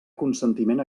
consentiment